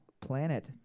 planet